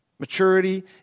Maturity